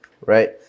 right